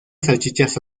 salchichas